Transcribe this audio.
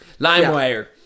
LimeWire